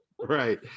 Right